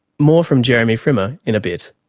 more from jeremy frimer in a bit.